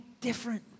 different